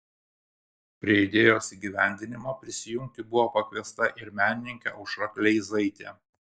prie idėjos įgyvendinimo prisijungti buvo pakviesta ir menininkė aušra kleizaitė